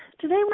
today